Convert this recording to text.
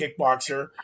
kickboxer